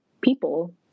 people